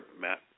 Matt